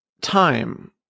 time